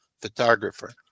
photographer